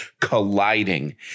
colliding